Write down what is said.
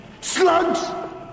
Slugs